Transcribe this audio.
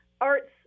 arts